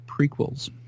prequels